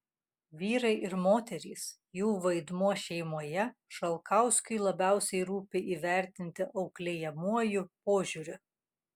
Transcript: vyrai ir moterys jų vaidmuo šeimoje šalkauskiui labiausiai rūpi įvertinti auklėjamuoju požiūriu